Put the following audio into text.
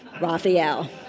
Raphael